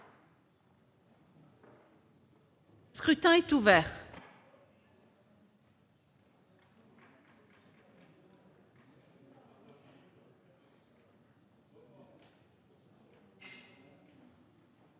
Le scrutin est ouvert.